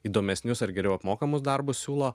įdomesnius ar geriau apmokamus darbus siūlo